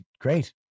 great